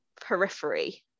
periphery